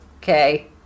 okay